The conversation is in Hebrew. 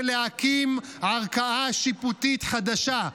היא להקים ערכאה שיפוטית חדשה,